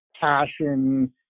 passion